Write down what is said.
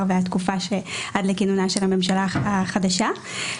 והתקופה שעד לכינונה של הממשלה החדשה.